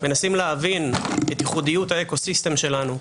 מנסים להבין את ייחודיות האקו-סיסטם שלנו,